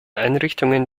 einrichtungen